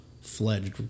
fledged